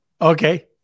Okay